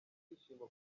ibyishimo